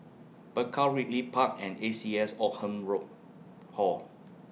Bakau Ridley Park and A C S Oldham Rall Hall